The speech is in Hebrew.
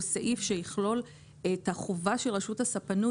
סעיף שיכלול את החובה של רשות הספנות